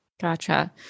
Gotcha